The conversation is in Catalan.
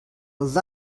els